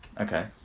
Okay